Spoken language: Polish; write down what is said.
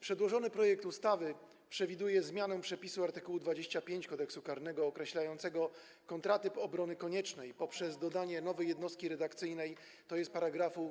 Przedłożony projekt ustawy przewiduje zmianę przepisu art. 25 Kodeksu karnego określającego kontratyp obrony koniecznej poprzez dodanie nowej jednostki redakcyjnej, tj. § 2a.